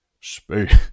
Space